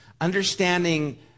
Understanding